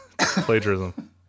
Plagiarism